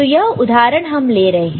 तो यह उदाहरण हम ले रहे हैं